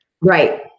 right